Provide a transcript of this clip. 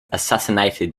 assassinated